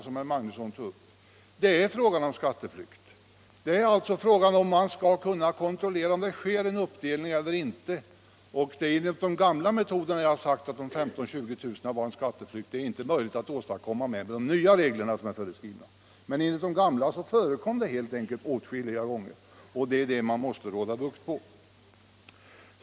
som herr Magnusson i Borås talade om. Det är fråga om skatteflykt — det är fråga om huruvida man skall kunna kontrollera om det sker en uppdelning eller inte. Vad jag sagt är att enligt de gamla metoderna innebar dessa 15 000-20 000 kr. en skatteflykt. Det är inte möjligt att åstadkomma det med de nya regler som är föreskrivna, men enligt de gamla reglerna förekom det helt enkelt åtskilliga gånger, och det är sådant man måste få bukt med.